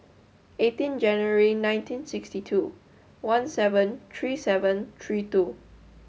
eighteen January nineteen sixty two one seven three seven three two